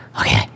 Okay